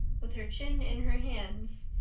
with her chin in her hands,